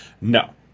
no